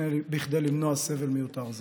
כדי למנוע סבל מיותר זה.